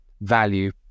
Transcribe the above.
value